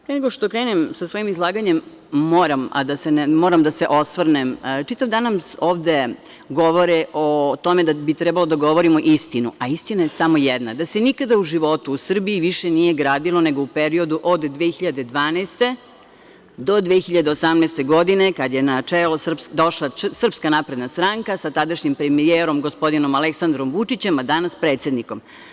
Pre nego što krenem sa svojim izlaganjem, moram da se osvrnem, jer čitav dan nam ovde govore o tome da bi trebalo da govorimo istinu, a istina je samo jedna, da se nikada u životu u Srbiji nije više gradilo, nego u periodu od 2012. godine do 2018. godine, kada je došla SNS na čelo, sa tadašnjim premijerom, gospodinom Aleksandrom Vučićem, a danas predsednikom.